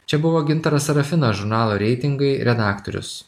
čia buvo gintaras serafinas žurnalo reitingai redaktorius